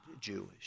Jewish